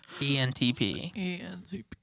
ENTP